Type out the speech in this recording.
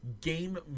game